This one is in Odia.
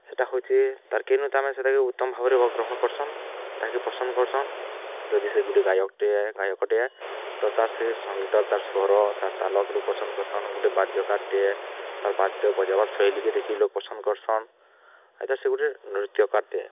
ସେଟା ହଉଛେ ତାର୍ କେନୁ ତାମାନେ ସେତାକେ ଉତ୍ତମ୍ ଭାବ୍ରେ ଗ୍ରହଣ କର୍ସନ୍ ତାହାକେ ପସନ୍ଦ୍ କର୍ସନ୍ ଯଦି ସେ ଗୁଟେ ଗାୟକ୍ଟେ ଗାୟକଟେ ଏ ତ ତାର୍ ସେ ସଙ୍ଗୀତର ତାର୍ ଶ୍ଵର ତାର୍ ତାଲକେ ଲୋକ୍ ପସନ୍ଦ୍ କର୍ସନ୍ ଗୁଟେ ବାଦ୍ୟକାର୍ଟେ ଏ ତାର୍ ବାଦ୍ୟ ବଜାବାର୍ ଶୈଲୀକେ ଦେଖି ଲୋକ୍ ପସନ୍ଦ୍ କର୍ସନ୍ ଆଉ ସେ ଗୁଟେ ନୃତ୍ୟକାର୍ଟେ